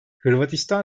hırvatistan